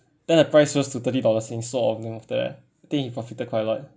then the price rose to thirty dollars I think he profited quite a lot leh